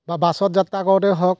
বা বাছত যাত্ৰা কৰোঁতেই হওক